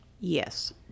Yes